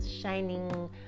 shining